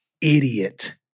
idiot